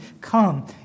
come